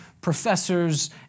professors